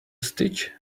stitch